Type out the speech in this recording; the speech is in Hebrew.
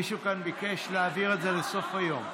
מישהו כאן ביקש להעביר את זה לסוף היום.